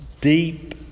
deep